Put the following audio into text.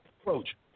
approach